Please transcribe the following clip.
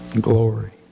Glory